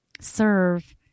serve